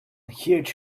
huge